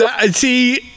See